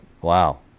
Wow